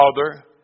Father